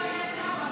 לא.